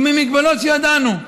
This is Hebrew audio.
עם המגבלות שידענו,